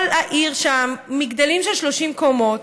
כל העיר שם מגדלים של 30 קומות,